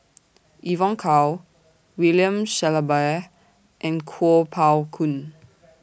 Evon Kow William Shellabear and Kuo Pao Kun